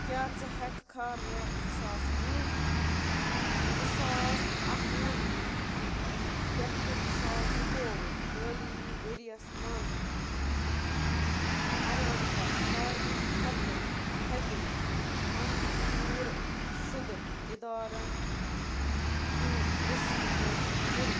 کیٛاہ ژٕ ہیٚکہِ کھا مےٚ زٕ ساس وُہ زٕ ساس اَکوُہ پٮ۪ٹھ زٕ ساس زٕتووُہ تٔعلیٖمی ورۍ یَس مَنٛز اَروَنٛزاہ ساروٕے کھۄتہٕ تھٔدِ منظوٗر شدٕہ اِدارن ہِنٛز لسٹہٕ حٲصِل کٔرتھ